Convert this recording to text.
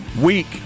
week